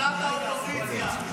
האופוזיציה.